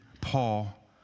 Paul